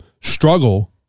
struggle